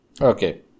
Okay